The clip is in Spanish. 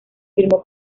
firmó